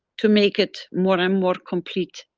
to make it more and more complete.